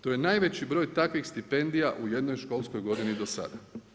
To je najveći broj takvih stipendija u jednoj školskoj godini do sada.